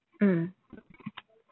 mm